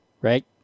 right